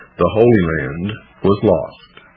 the holy land was lost,